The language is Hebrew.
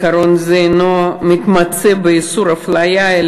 עיקרון זה אינו מתמצה באיסור אפליה,